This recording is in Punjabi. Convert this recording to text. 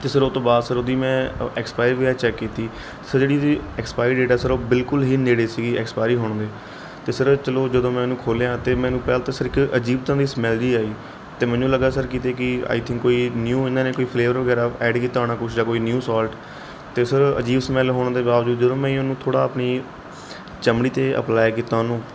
ਅਤੇ ਸਰ ਉਹ ਤੋਂ ਬਾਅਦ ਸਰ ਉਹਦੀ ਮੈਂ ਐਕਸਪਾਇਰੀ ਵਗੈਰਾ ਚੈੱਕ ਕੀਤੀ ਸਰ ਜਿਹੜੀ ਇਹਦੀ ਐਕਸਪਾਇਰੀ ਡੇਟ ਆ ਸਰ ਉਹ ਬਿਲਕੁਲ ਹੀ ਨੇੜੇ ਸੀਗੀ ਐਕਸਪਾਇਰੀ ਹੋਣ ਦੇ ਅਤੇ ਸਰ ਚਲੋ ਜਦੋਂ ਮੈਂ ਇਹਨੂੰ ਖੋਲ੍ਹਿਆ ਅਤੇ ਮੈਨੂੰ ਪਹਿਲਾਂ ਤਾਂ ਸਰ ਇੱਕ ਅਜੀਬ ਤਰ੍ਹਾਂ ਦੀ ਸਮੈੱਲ ਹੀ ਆਈ ਅਤੇ ਮੈਨੂੰ ਲੱਗਾ ਸਰ ਕਿਤੇ ਕਿ ਆਈ ਥਿੰਕ ਕੋਈ ਨਿਊ ਇਹਨਾਂ ਨੇ ਕੋਈ ਫਲੇਵਰ ਵਗੈਰਾ ਐਡ ਕੀਤਾ ਹੋਣਾ ਕੁਛ ਜਾਂ ਕੋਈ ਨਿਊ ਸੋਲਟ ਅਤੇ ਸਰ ਅਜੀਬ ਸਮੈੱਲ ਹੋਣ ਦੇ ਬਾਵਜੂਦ ਜਦੋਂ ਮੈਂ ਉਹਨੂੰ ਥੋੜ੍ਹਾ ਆਪਣੀ ਚਮੜੀ 'ਤੇ ਅਪਲਾਈ ਕੀਤਾ ਉਹਨੂੰ